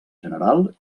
general